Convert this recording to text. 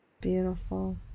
Beautiful